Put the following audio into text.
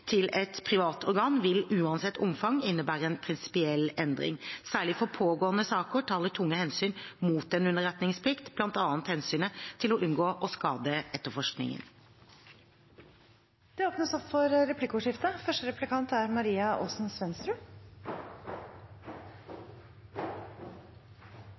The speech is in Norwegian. til et privat organ vil, uansett omfang, innebære en prinsipiell endring. Særlig for pågående saker taler tunge hensyn mot en underretningsplikt, bl.a. hensynet til å unngå å skade etterforskningen. Det blir replikkordskifte.